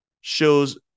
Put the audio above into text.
shows